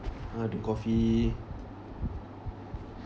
uh the coffee